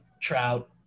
Trout